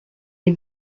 les